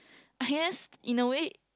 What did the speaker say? hence in a way